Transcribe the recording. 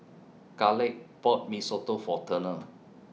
Khalid bought Mee Soto For Turner